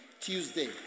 Tuesday